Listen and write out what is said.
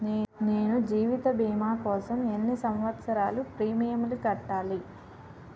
నేను జీవిత భీమా కోసం ఎన్ని సంవత్సారాలు ప్రీమియంలు కట్టాలి?